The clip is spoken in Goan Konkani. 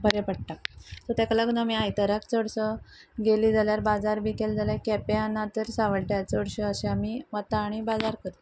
बरें पडटा सो ताका लागून आमी आयताराक चडसो गेलीं जाल्यार बाजार बी केले जाल्यार कॅप्यां ना तर सावड्ड्यां चडशें अशें आमी वता आनी बाजार करता